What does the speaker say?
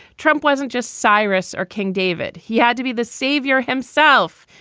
trump wasn't just cyrus or king david. he had to be the savior himself.